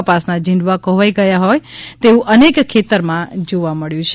કપાસના જિંડવા કોહવાઇ ગયા હોય તેવું અનેક ખેતરમાં જોવા મબ્યું છે